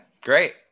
Great